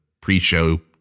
pre-show